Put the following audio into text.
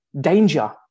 danger